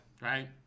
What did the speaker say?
Right